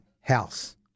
house